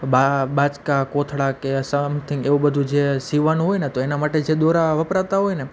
બા બાચકા કોથળા કે સમથિંગ એવું બધું જે સિવવાનું હોય ને તો એના માટે જે દોરા વપરાતા હોય ને